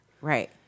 Right